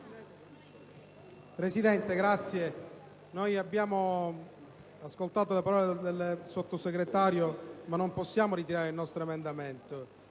Presidente, abbiamo ascoltato le parole del Sottosegretario, ma non possiamo ritirare l'emendamento